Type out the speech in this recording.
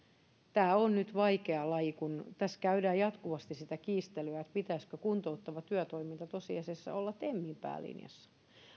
tämä on nyt vaikea laji kun tässä käydään jatkuvasti kiistelyä siitä pitäisikö kuntouttavan työtoiminnan tosiasiassa olla temin päälinjassa